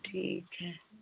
ठीक है